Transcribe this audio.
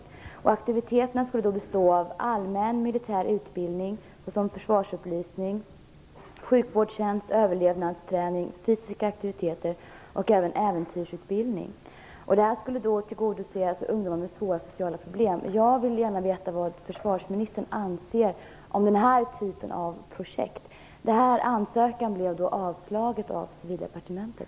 Aktiviteterna skulle bestå av allmän militär utbildning såsom försvarsupplysning, sjukvårdstjänst, överlevnadsträning, fysiska aktiviteter och även äventyrsutbildning. Projektet skulle tillgodose ungdomar med svåra sociala problem. Jag vill gärna veta vad försvarsministern anser om den här typen av projekt. Ansökan blev nämligen avslagen av Civildepartementet.